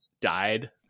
died